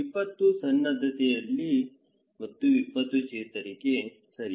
ವಿಪತ್ತು ಸನ್ನದ್ಧತೆಯಲ್ಲಿ ಮತ್ತು ವಿಪತ್ತು ಚೇತರಿಕೆ ಸರಿ